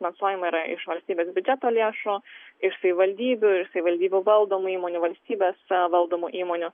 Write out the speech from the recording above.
finansuojamama yra iš valstybės biudžeto lėšų iš savivaldybių ir savivaldybių valdomų įmonių valstybės valdomų įmonių